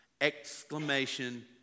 Exclamation